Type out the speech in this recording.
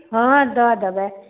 हँ दऽ देबै